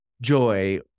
joy